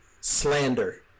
slander